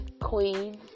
queens